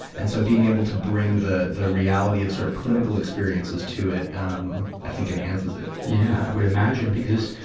and so, being able to bring the, the reality of sort of clinical experiences to it, um, i think enhances it. yeah, i would imagine. because,